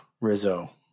Rizzo